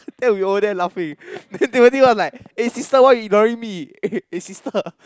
then we over there laughing then Timothy was like eh sister why you ignoring me eh sister